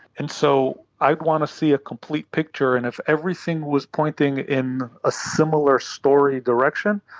and so i'd want to see a complete picture, and if everything was pointing in a similar story direction,